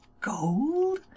Gold